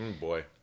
boy